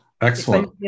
Excellent